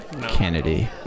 Kennedy